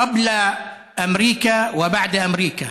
כנסיית הקבר ומסגד אל-אקצא,